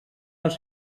les